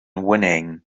whinnying